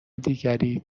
دیگری